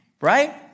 Right